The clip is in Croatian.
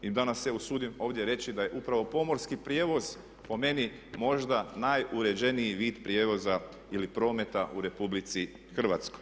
I danas se usudim ovdje reći da je upravo pomorski prijevoz po meni možda najuređeniji vid prijevoza ili prometa u RH.